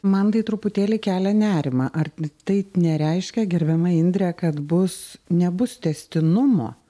man tai truputėlį kelia nerimą ar tai nereiškia gerbiama indre kad bus nebus tęstinumo